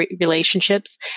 relationships